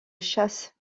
chasse